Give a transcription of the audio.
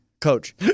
coach